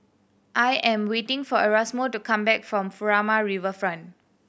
I am waiting for Erasmo to come back from Furama Riverfront